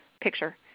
picture